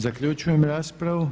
Zaključujem raspravu.